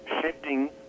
Shifting